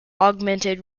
augmented